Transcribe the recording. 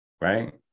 right